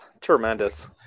tremendous